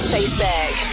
Facebook